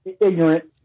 ignorant